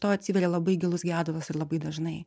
to atsiveria labai gilus gedulas ir labai dažnai